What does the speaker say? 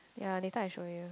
ya later I show you